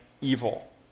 evil